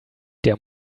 der